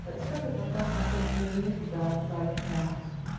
especially for a farce like this, you need the right cast.